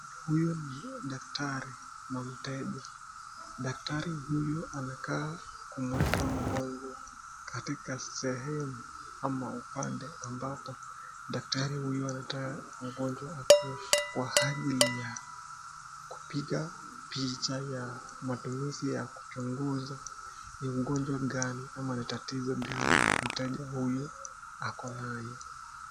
Huyu ni daktari na mteja ,daktati huyu amekaa kumuweka mgonjwa katika sehemu ama upande ambapo daktari huyu anataka mgonjwa akuwe kwa hali ya kupiga picha ya matumizi ya kuchunguza ni ugonjwa gani ama ni tatizo gani mteja huyu ako naye.